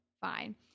fine